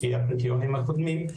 לפי הקריטריונים הקודמים,